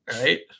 Right